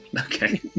Okay